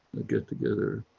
get together,